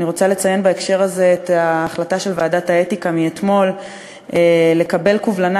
אני רוצה לציין בהקשר הזה את ההחלטה של ועדת האתיקה מאתמול לקבל קובלנה